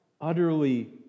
utterly